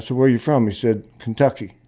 so where are you from? he said, kentucky.